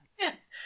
Yes